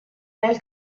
nel